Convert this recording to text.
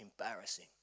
embarrassing